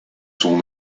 son